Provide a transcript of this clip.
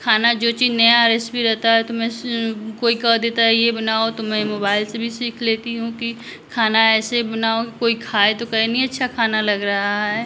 खाना जो चीज नया रेसिपी रहता है तो मैं कोई कह देता है ये बनाओ तो मैं मोबाइल से भी सीख लेती हूँ कि खाना ऐसे बनाओ कि कोई खाए तो कहे नहीं अच्छा खाना लग रहा है